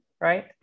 right